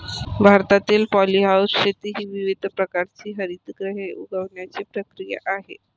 भारतातील पॉलीहाऊस शेती ही विविध प्रकारची हरितगृहे उगवण्याची प्रक्रिया आहे